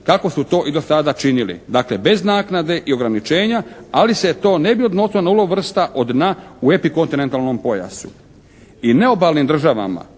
kako su to i do sada činili, dakle bez naknade i ograničenja, ali se to ne bi odnosilo na ulov vrsta od dna u epikontinentalnom pojasu. I neobalnim državama